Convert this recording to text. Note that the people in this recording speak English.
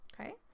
okay